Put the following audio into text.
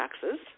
taxes